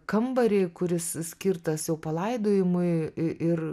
kambarį kuris skirtas jau palaidojimui i ir